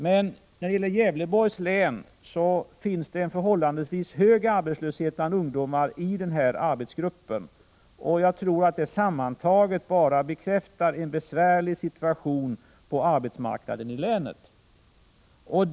Men när det gäller Gävleborgs län finns det en förhållandevis hög arbetslöshet bland ungdomar i den här arbetsgruppen, och det bekräftar sammantaget att det är en besvärlig situation på arbetsmarknaden i länet.